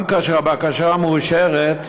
גם כאשר הבקשה מאושרת,